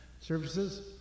services